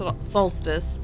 solstice